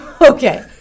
okay